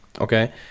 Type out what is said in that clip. Okay